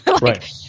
Right